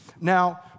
Now